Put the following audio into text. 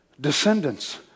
Descendants